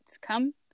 Come